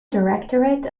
directorate